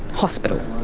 hospital.